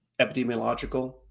epidemiological